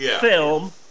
film